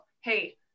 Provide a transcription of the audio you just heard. Hey